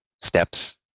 steps